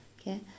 Okay